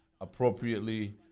appropriately